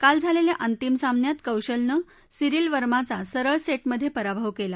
काल झालल्या अंतिम सामन्यात कौशलनं सिरील वर्माचा सरळ सद्धिध्यप्रिराभव कला